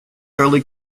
early